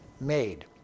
made